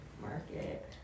market